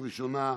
ראשונה,